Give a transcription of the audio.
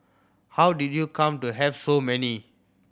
how did you come to have so many